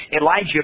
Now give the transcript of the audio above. Elijah